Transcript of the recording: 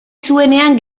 zuenean